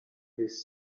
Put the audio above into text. his